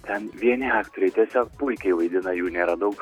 ten vieni aktoriai tiesiog puikiai vaidina jų nėra daug